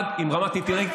עוד אחד עם רמת אינטלקט,